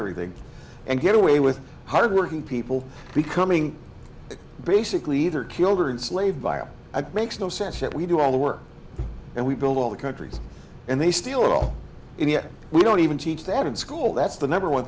everything and get away with hardworking people becoming basically either killed or in slave vile makes no sense that we do all the work and we build all the countries and they steal all and yet we don't even teach that in school that's the number one